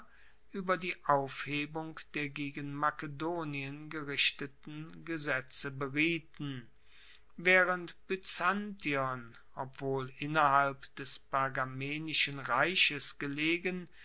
ueber die aufhebung der gegen makedonien gerichteten gesetze berieten waehrend byzantion obwohl innerhalb des pergamenischen reiches gelegen